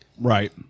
Right